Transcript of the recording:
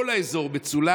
כל האזור מצולם.